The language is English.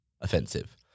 Offensive